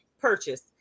purchase